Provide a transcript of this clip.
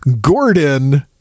gordon